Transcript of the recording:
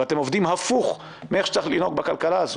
ואתם עובדים הפוך מאיך שצריך לנהוג בכלכלה הזו.